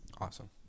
Awesome